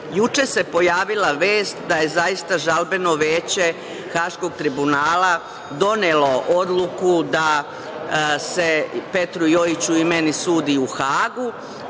Juče se pojavila vest da je zaista Žalbeno veće Haškog tribunala donelo odluku da se Petru Jojiću i meni sudi u Hagu